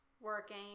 working